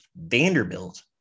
Vanderbilt